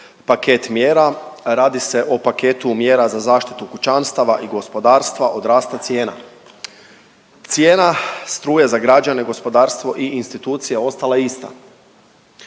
paket mjera, radi se o paketu mjera za zaštitu kućanstava i gospodarstava od rasta cijena. Cijena struje za građane, gospodarstvo i institucije ostala je ista.